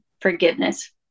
forgiveness